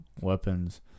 Weapons